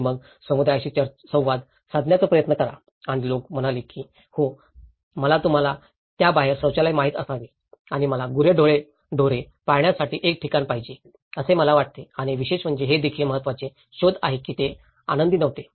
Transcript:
आणि मग समुदायाशी संवाद साधण्याचा प्रयत्न करा आणि लोक म्हणायचे की हो मला तुम्हाला त्याबाहेर शौचालय माहित असावे आणि मला गुरेढोरे पाळण्यासाठी एक ठिकाण पाहिजे असे मला वाटते आणि विशेष म्हणजे हे देखील महत्त्वाचे शोध आहे की ते आनंदी नव्हते